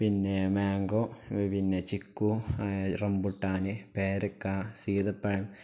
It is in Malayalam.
പിന്നെ മാംഗോ പിന്നെ ചിക്കു റംബുട്ടാന് പേരയ്ക്ക സീതപ്പഴം